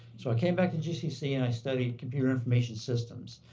so i came back to gcc and i studied computer information systems.